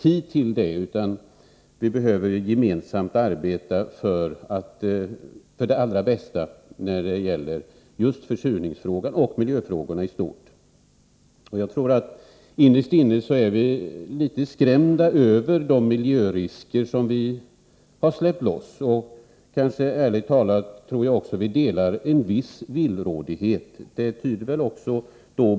I stället behöver vi gemensamt arbeta för det allra bästa i just försurningsoch miljöfrågorna i stort. Innerst inne är vi nog litet skrämda i vad gäller miljöriskerna. Ärligt talat tror jag att vi alla är litet villrådiga.